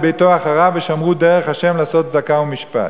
ביתו אחריו ושמרו דרך ה' לעשות צדקה ומשפט"